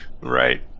Right